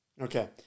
Okay